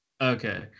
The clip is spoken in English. Okay